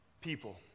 people